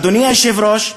אדוני היושב-ראש,